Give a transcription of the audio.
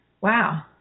Wow